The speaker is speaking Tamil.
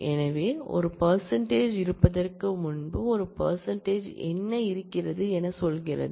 எனவே ஒரு பெர்ஸன்டேஜ் இருப்பதற்கு முன்பு ஒரு பெர்ஸன்டேஜ் என்ன இருக்கிறது என சொல்கிறது